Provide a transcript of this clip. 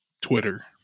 twitter